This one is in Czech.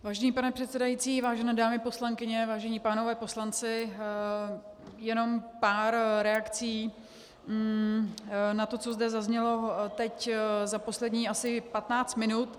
Vážený pane předsedající, vážené dámy poslankyně, vážení páni poslanci, jen pár reakcí na to, co zde zaznělo teď za posledních asi 15 minut.